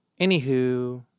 Anywho